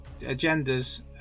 agendas